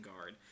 guard